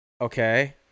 Okay